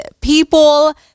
people